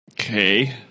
Okay